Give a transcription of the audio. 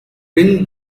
bring